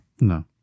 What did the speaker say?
No